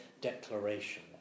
declaration